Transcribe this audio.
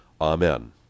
amen